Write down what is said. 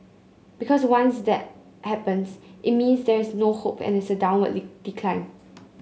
because once that happens it means there is no hope and it's a downward decline